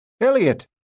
Elliot